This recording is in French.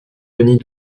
denis